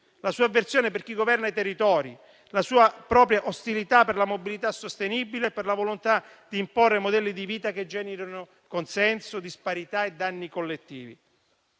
la sua avversione per chi governa i territori, la sua ostilità per la mobilità sostenibile e la volontà di imporre modelli di vita che generano consenso, disparità e danni collettivi.